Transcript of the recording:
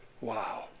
Wow